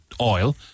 oil